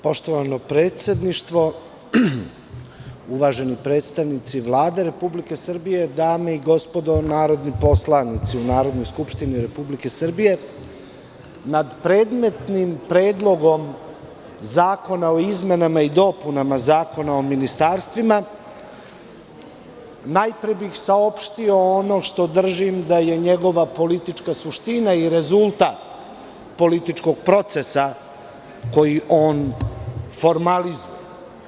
Poštovano predsedništvo, uvaženi predstavnici Vlade Republike Srbije, dame i gospodo narodni poslanici u Narodnoj skupštini Republike Srbije, nad predmetnim predlogom Zakona o izmenama i dopunama Zakona o ministarstvima najpre bih saopštio ono što držim da je njegova politička suština i rezultat političkog procesa koji on formalizuje.